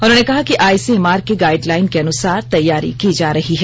उन्होंने कहा कि आईसीएमआर के गाइड लाइन के अनुसार तैयारी की जा रही है